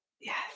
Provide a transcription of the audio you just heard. yes